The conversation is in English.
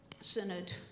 Synod